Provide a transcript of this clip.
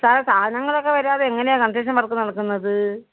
sir സാധനങ്ങളൊക്കെ വരാതെ എങ്ങനെയാണ് കൺസ്ട്രക്ഷൻ വർക്ക് നടക്കുന്നത്